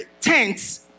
tents